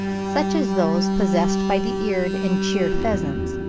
such as those possessed by the eared and cheer pheasants,